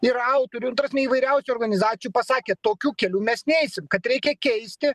yra autorių nu ta prasme įvairiausių organizacijų pasakė tokiu keliu mes neisim kad reikia keisti